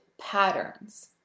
patterns